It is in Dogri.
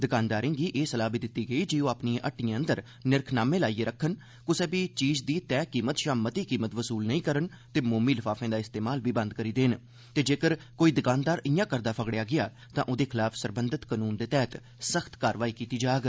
दकानदारें गी एह् सलाह् बी दित्ती गेई जे ओह् अपनिएं हट्टिएं अंदर निरखनामे लाइयै रक्खन कुसा बी चीज दी तैय कीमत शा मती कीमत वसूल नेई करन ते मोमी लफाफें दा इस्तेमाल बी नेईं करन ते जेगर कोई दकानदार ईआं करदा फगड़ेआ गेआ तां ओह्दे खलाफ सरबंघत कानून तैह्त सख्त कार्रवाई कीती जाग